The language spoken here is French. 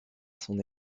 son